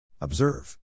Observe